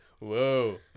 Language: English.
whoa